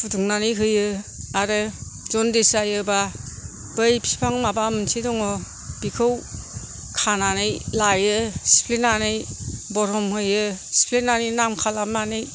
फुदुंनानै होयो आरो जनदिस जायोबा बै बिफां माबा मोनसे दङ' बेखौ खानानै लायो सिफ्लेनानै बरम होयो सिफ्लेनानै नाम खालामनानै